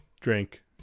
drink